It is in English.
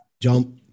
Jump